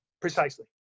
Precisely